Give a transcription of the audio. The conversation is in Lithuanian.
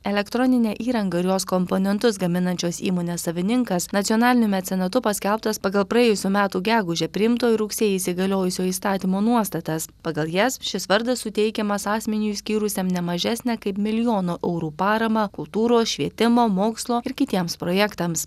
elektroninę įrangą ir jos komponentus gaminančios įmonės savininkas nacionaliniu mecenatu paskelbtas pagal praėjusių metų gegužę priimto ir rugsėjį įsigaliojusio įstatymo nuostatas pagal jas šis vardas suteikiamas asmeniui skyrusiam ne mažesnę kaip milijono eurų paramą kultūros švietimo mokslo ir kitiems projektams